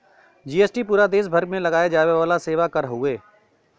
GST पूरा देस भर में लगाये जाये वाला सेवा कर हउवे